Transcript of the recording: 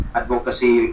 advocacy